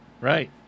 Right